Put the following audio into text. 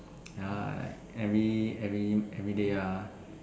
ya like every every every day ah